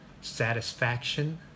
Satisfaction